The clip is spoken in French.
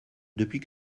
depuis